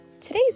Today's